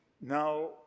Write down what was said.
Now